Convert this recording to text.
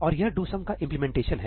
और यह do sum का इंप्लीमेंटेशन है